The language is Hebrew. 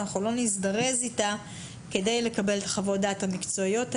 אנחנו לא נזדרז איתה כדי לקבל את חוות הדעת המקצועיות האלה,